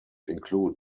include